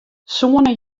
soenen